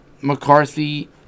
McCarthy